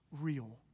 real